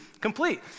complete